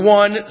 one